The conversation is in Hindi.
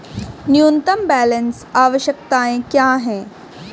न्यूनतम बैलेंस आवश्यकताएं क्या हैं?